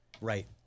Right